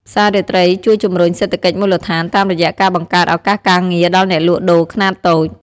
ផ្សាររាត្រីជួយជំរុញសេដ្ឋកិច្ចមូលដ្ឋាន តាមរយៈការបង្កើតឱកាសការងារដល់អ្នកលក់ដូរខ្នាតតូច។